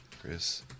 Chris